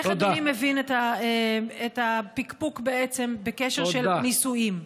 איך אדוני מבין את הפקפוק בקשר של נישואים?